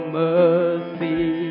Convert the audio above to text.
mercy